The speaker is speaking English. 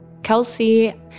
Kelsey